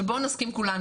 שבאו נסכים כולנו,